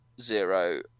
Zero